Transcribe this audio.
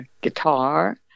guitar